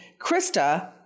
Krista